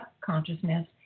consciousness